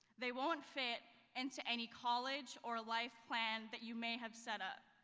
they won't fit into any college or life plan that you may have set up.